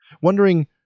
Wondering